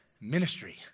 Ministry